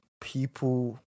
people